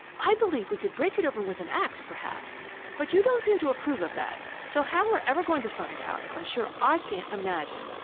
i believe we could break it open with an ax, perhaps but you don't seem to approve of that, so how we're ever going to find out, i'm sure i can't imagine!